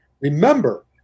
Remember